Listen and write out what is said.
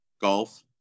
golf